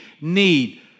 need